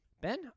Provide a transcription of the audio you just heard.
Ben